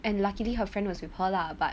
and luckily her friend was with her lah but